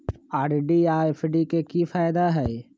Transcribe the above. RD आ FD के कि फायदा हई?